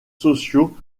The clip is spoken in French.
sociaux